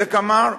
ובצדק אמר,